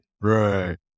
Right